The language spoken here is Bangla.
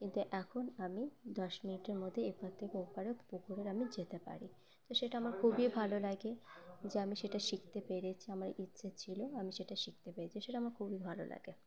কিন্তু এখন আমি দশ মিনিটের মধ্যে এপার থেকে ওপারে পুকুরে আমি যেতে পারি তো সেটা আমার খুবই ভালো লাগে যে আমি সেটা শিখতে পেরেছি আমার ইচ্ছে ছিল আমি সেটা শিখতে পেরেছি সেটা আমার খুবই ভালো লাগে